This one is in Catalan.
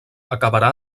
acabarà